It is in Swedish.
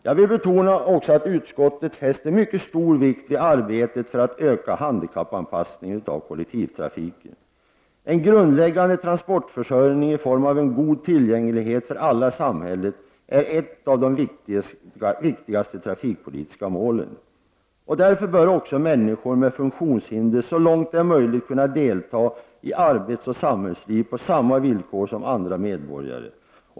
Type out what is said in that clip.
Jag vill också betona att utskottet fäster mycket stor vikt vid det arbete som sker för att öka handikappanpassningen av kollektivtrafiken. En grundläggande transportförsörjning i form av en god tillgänglighet för alla i samhället är ett av de viktigaste trafikpolitiska målen. Därför bör också människor med funktionshinder så långt det är möjligt kunna delta i arbetsoch samhällsliv på samma villkor som andra medborgare.